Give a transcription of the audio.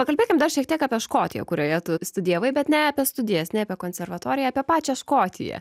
pakalbėkim dar šiek tiek apie škotiją kurioje tu studijavai bet ne apie studijas ne apie konservatoriją apie pačią škotiją